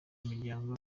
miryango